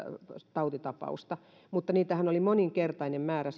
tautitapausta mutta sairastuneitahan oli moninkertainen määrä